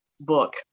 book